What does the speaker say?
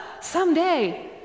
someday